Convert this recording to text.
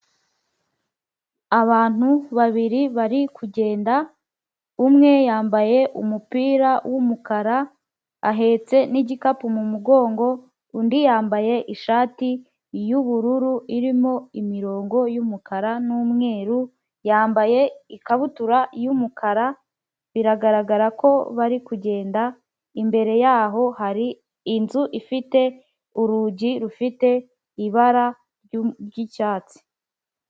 Abantu babiri bari kugenda, umwe yambaye umupira w'umukara, ahetse n'igikapu mu mugongo, undi yambaye ishati y'ubururu irimo imirongo y'umukara n'umweru, yambaye ikabutura y'umukara, biragaragara ko bari kugenda, imbere yaho hari inzu ifite urugi rufite ibara ry'icyatsi.